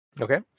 Okay